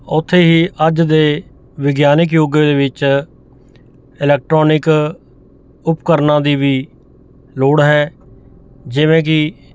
ਉੱਥੇ ਹੀ ਅੱਜ ਦੇ ਵਿਗਿਆਨਿਕ ਯੁੱਗ ਦੇ ਵਿੱਚ ਇਲੈਕਟਰੋਨਿਕ ਉਪਕਰਨਾਂ ਦੀ ਵੀ ਲੋੜ ਹੈ ਜਿਵੇਂ ਕਿ